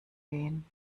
gehen